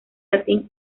latín